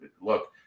look